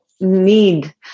need